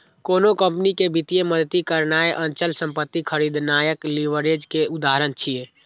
कोनो कंपनी कें वित्तीय मदति करनाय, अचल संपत्ति खरीदनाय लीवरेज के उदाहरण छियै